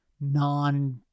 non